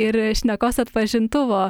ir šnekos atpažintuvo